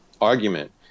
argument